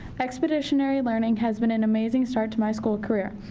expeditionary learning has been an amazing start to my school career.